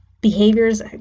behaviors